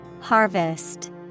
Harvest